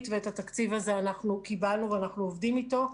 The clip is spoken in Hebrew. ואת התקציב הזה קיבלנו ואנחנו עובדים אתו.